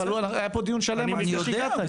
אבל היה פה דיון שלם עוד לפני שהגעת.